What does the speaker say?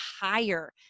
higher